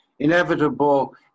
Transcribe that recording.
Inevitable